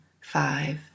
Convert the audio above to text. five